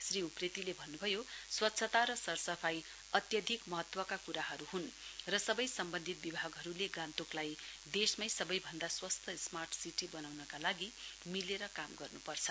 श्री उप्रेतीले भन्नुभयो स्वाच्छता र सरसफाई अत्यधिक महत्वका कुराहरु हुन् र सबै सम्बन्धित विभागहरुले गान्तोकलाई देशमै सबैभन्द स्वास्थ स्मार्ट सिटी बनाउनका लागि मिलेर काम गर्नुपर्छ